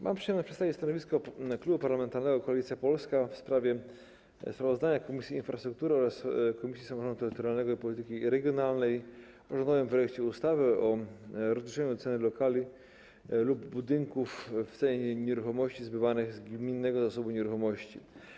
Mam przyjemność przedstawić stanowisko Klubu Parlamentarnego Koalicja Polska w sprawie sprawozdania Komisji Infrastruktury oraz Komisji Samorządu Terytorialnego i Polityki Regionalnej o rządowym projekcie ustawy o rozliczaniu ceny lokali lub budynków w cenie nieruchomości zbywanych z gminnego zasobu nieruchomości.